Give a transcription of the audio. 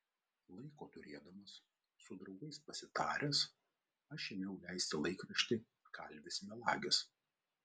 laiko turėdamas su draugais pasitaręs aš ėmiau leisti laikraštį kalvis melagis